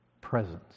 presence